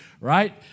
right